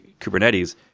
Kubernetes